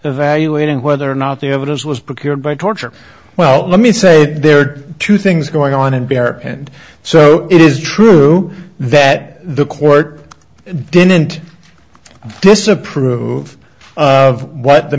evaluating whether or not the evidence was procured by torture well let me say there are two things going on and bear and so it is true that the court didn't i disapprove of what the